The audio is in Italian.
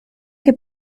che